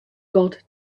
god